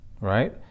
Right